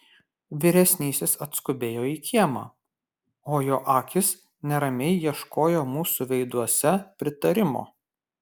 vyresnysis atskubėjo į kiemą o jo akys neramiai ieškojo mūsų veiduose pritarimo